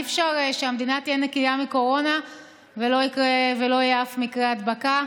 אי-אפשר שהמדינה תהיה נקייה מקורונה ולא יהיה אף מקרה הדבקה.